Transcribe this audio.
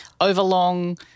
overlong